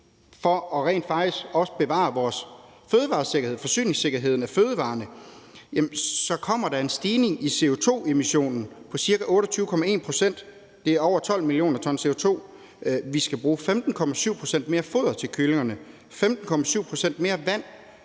for rent faktisk også at bevare forsyningssikkerheden i forhold til fødevarerne, så kommer en stigning i CO2-emissionen på ca. 28,1 pct. Det er over 12 mio. t CO2, og vi skal bruge 15,7 pct. mere foder til kyllingerne og 15,7 pct. mere vand,